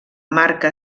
marca